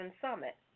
Summit